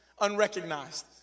unrecognized